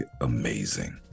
amazing